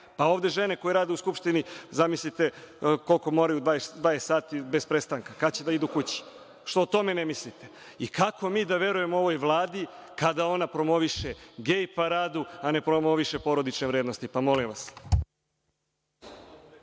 Ovde žene koje rade u Skupštini, zamislite kako rade, 20 sati bez prestanka, kad će da idu kući? Što o tome ne mislite? Kako mi da verujemo ovoj Vladi kada ona promoviše gej paradu a ne promoviše porodične vrednosti? **Đorđe